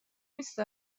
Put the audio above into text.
نیست